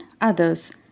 others